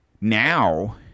now